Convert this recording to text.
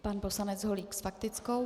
Pan poslanec Holík s faktickou.